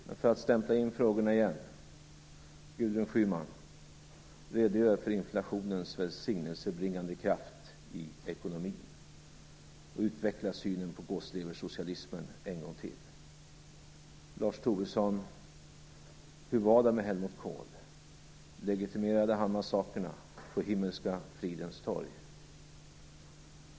Men för att stämpla in frågorna igen säger jag följande. Gudrun Schyman: Redogör för inflationens välsignelsebringande kraft i ekonomin och utveckla synen på gåsleversocialismen en gång till! Lars Tobisson: Hur var det med Helmut Kohl? Legitimerade han massakrerna på Himmelska fridens torg?